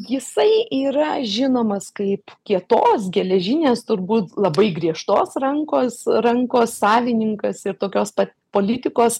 jisai yra žinomas kaip kietos geležinės turbūt labai griežtos rankos rankos savininkas ir tokios pat politikos